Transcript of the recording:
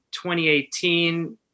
2018